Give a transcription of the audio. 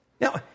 Now